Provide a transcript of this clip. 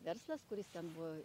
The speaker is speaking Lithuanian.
verslas kuris ten buvo